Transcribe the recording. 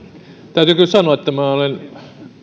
täytyy kyllä sanoa että minä olen